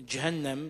ג'הנם.